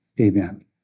Amen